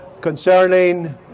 concerning